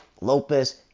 Lopez